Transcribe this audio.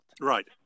Right